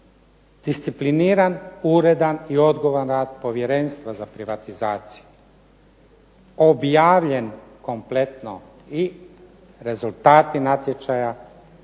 discipliniran, uredan i odgovoran rad Povjerenstva za privatizaciju, objavljen kompletno i rezultati natječaja, dan